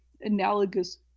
analogous